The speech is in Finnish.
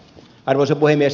arvoisa puhemies